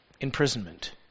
imprisonment